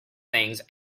things